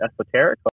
esoteric